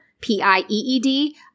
P-I-E-E-D